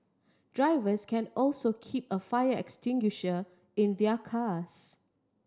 drivers can also keep a fire extinguisher in their cars